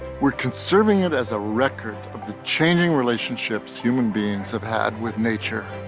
we're conserving it as a record of the changing relationships human beings have had with nature